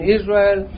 Israel